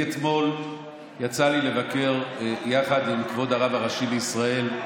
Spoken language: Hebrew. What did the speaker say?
אתמול יצא לי לבקר יחד עם כבוד הרב הראשי לישראל,